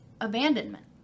abandonment